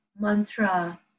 mantra